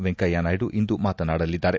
ವೆಂಕಯ್ಹ ನಾಯ್ಡು ಇಂದು ಮಾತನಾಡಲಿದ್ದಾರೆ